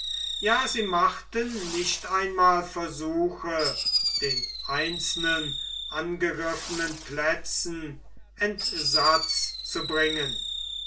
ja sie machten nicht einmal versuche den einzelnen angegriffenen plätzen entsatz zu bringen